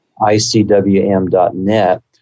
ICWM.net